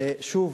שוב,